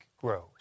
grows